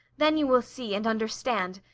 then you will see and understand.